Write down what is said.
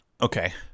okay